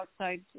outside